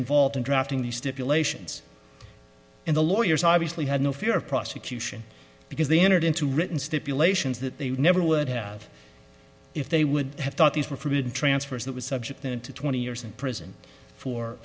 involved in drafting these stipulations in the lawyers obviously had no fear of prosecution because they entered into written stipulations that they never would have if they would have thought these were provided transfers that was subject them to twenty years in prison for